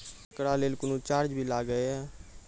एकरा लेल कुनो चार्ज भी लागैये?